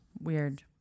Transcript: weird